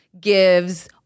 gives